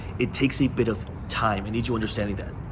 it takes a bit of time, i need you understanding that.